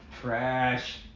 Trash